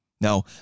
Now